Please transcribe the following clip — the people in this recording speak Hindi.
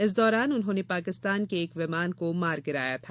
इस दौरान उन्होंने पाकिस्तान के एक विमान को मार गिराया था